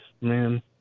man